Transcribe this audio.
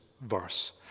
verse